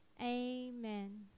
amen